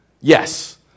Yes